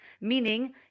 meaning